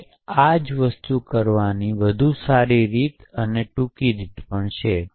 હવે આ જ વસ્તુ કરવાની વધુ સારી અને ટૂંકી રીત પણ છે